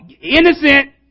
innocent